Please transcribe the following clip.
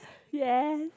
yes